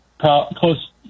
close